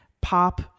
pop